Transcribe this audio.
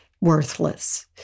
worthless